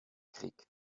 krieg